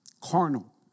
Carnal